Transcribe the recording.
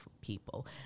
people